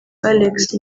alex